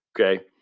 okay